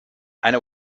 eine